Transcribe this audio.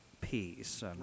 peace